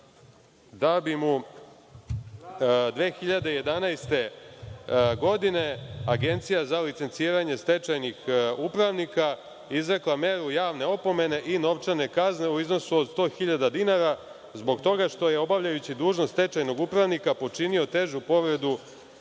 da bi mu 2011. godine Agencija za licenciranje stečajnih upravnika izrekla meru javne opomene i novčane kazne u iznosu od 100 hiljada dinara zbog toga što je, obavljajući dužnost stečajnog upravnika, počinio težu povredu